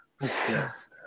Yes